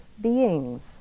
beings